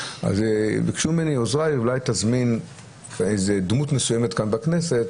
ביקשו ממני עוזריי: אולי תזמין דמות מסוימת כאן בכנסת,